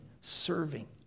serving